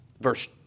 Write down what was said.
Verse